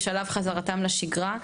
בשלבי חזרתם לשגרה.